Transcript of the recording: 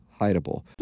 hideable